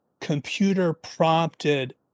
computer-prompted